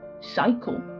cycle